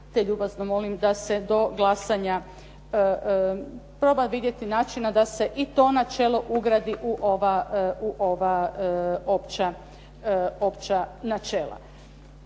ljubazno molim da se do glasanja proba vidjeti načina da se i to načelo ugradi u ova opća načela.